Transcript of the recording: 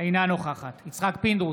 אינה נוכחת יצחק פינדרוס,